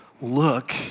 look